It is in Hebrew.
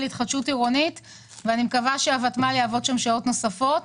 התחדשות עירונית ואני מקווה שהותמ"ל יעבוד שם שעות נוספות.